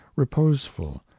reposeful